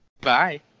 bye